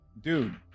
dude